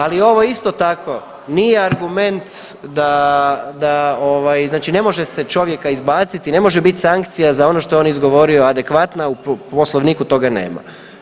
Ali ovo isto tako nije argument da znači ne može se čovjeka izbaciti i ne može biti sankcija za ono što je on izgovorio adekvatna u poslovniku toga nema.